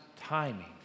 timing